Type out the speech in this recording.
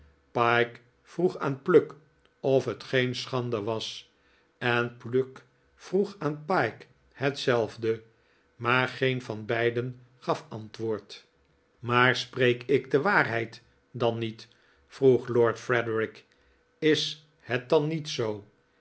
pyke vroeg aan pluck of het geen schande was en pluck vroeg aan pyke hetzelfde maar geen van beiden gaf antwoord maar spreek ik de waarheid dan niet vroeg lord frederik is het dan niet zoo